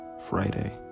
Friday